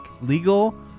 legal